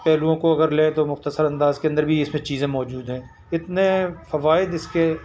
پہلوؤں کو اگر لیں تو مختصر انداز کے اندر بھی اس میں چیزیں موجود ہیں اتنے فوائد اس کے